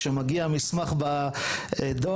כשמגיע מסמך בדוא"ל,